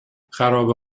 خرابه